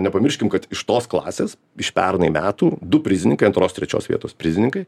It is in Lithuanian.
nepamirškim kad iš tos klasės iš pernai metų du prizininkai antros trečios vietos prizininkai